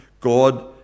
God